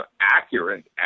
accurate